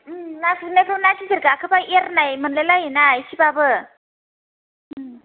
ओं ना गुरनायफ्राव ना गिदिर गाखोब्ला एरनाय मोनलाय लायोना एसेब्लाबो ओं